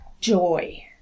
joy